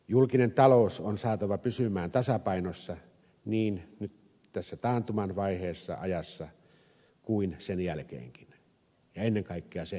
julkinen talous on saatava pysymään tasapainossa niin nyt tässä taantuman vaiheessa kuin sen jälkeenkin ja ennen kaikkea sen jälkeen